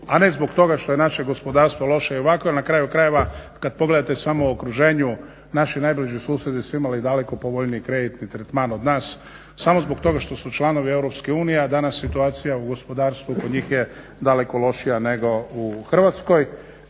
a ne zbog toga što je naše gospodarstvo loše i ovako. I na kraju krajeva, kad pogledate samo u okruženju, naši najbliži susjedi su imali daleko povoljniji kreditni tretman od nas samo zbog toga što su članovi Europske unije, a danas situacija u gospodarstvu kod njih je daleko lošija nego u Hrvatskoj.